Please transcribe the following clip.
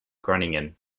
groningen